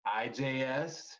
IJS